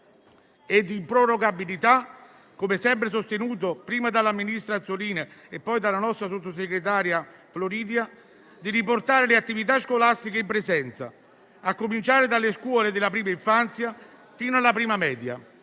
e improrogabilità, come sempre sostenuto prima dalla ministra Azzolina e poi dalla nostra sottosegretaria Floridia, di riportare le attività scolastiche in presenza, a cominciare dalle scuole della prima infanzia fino alla prima media,